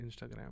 instagram